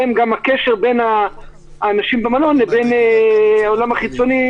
והם גם הקשר בין האנשים במלון לבין העולם החיצוני,